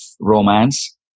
romance